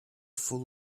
full